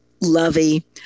lovey